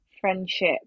friendship